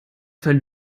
von